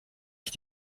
ich